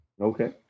Okay